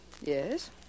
Yes